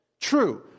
True